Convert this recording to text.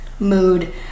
mood